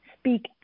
speak